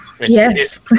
Yes